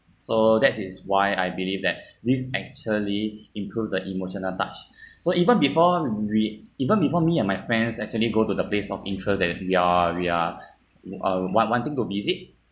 so that is why I believe that this actually improve the emotional touch so even before we even before me and my friends actually go to the place of interest that we are we are uh want~ wanting to visit